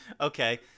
Okay